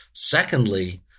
Secondly